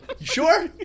sure